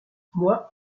moi